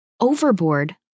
overboard